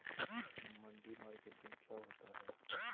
मंडी मार्केटिंग क्या होता है?